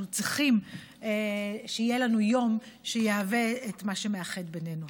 צריכים שיהיה לנו יום שיהווה את מה שמאחד בינינו.